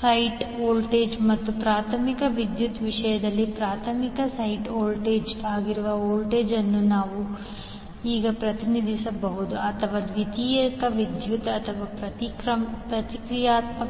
site voltage ಮತ್ತು ಪ್ರಾಥಮಿಕ ವಿದ್ಯುತ್ ವಿಷಯದಲ್ಲಿ ಪ್ರಾಥಮಿಕ ಸೈಟ್ ವೋಲ್ಟೇಜ್ ಆಗಿರುವ ವೋಲ್ಟೇಜ್ ಅನ್ನು ನಾವು ಈಗ ಪ್ರತಿನಿಧಿಸಬಹುದು ಅಥವಾ ದ್ವಿತೀಯಕ ವಿದ್ಯುತ್ ಅಥವಾ ಪ್ರತಿಕ್ರಮದಲ್ಲಿ